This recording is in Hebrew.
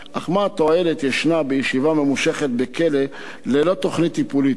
אך מה תועלת יש בישיבה ממושכת בכלא ללא תוכנית טיפולית?